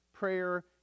prayer